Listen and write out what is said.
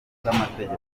bw’amategeko